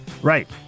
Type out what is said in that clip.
Right